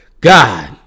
God